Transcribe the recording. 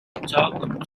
talk